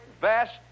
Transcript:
vast